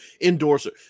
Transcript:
endorser